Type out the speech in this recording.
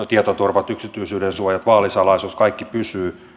tietoturvat yksityisyyden suojat vaalisalaisuus kaikki pysyy